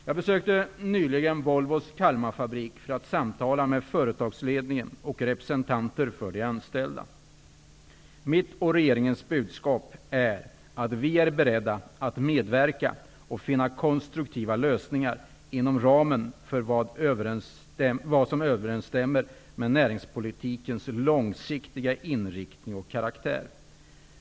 Jag besökte nyligen Volvos Kalmarfabrik för att samtala med företagsledningen och representanter för de anställda. Mitt och regeringens budskap är att vi är beredda att medverka att finna konstruktiva lösningar inom ramen för vad som överensstämmer med näringspolitikens långsiktiga inriktning och karaktär.